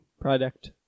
product